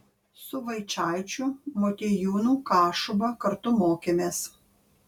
su vaičaičiu motiejūnu kašuba kartu mokėmės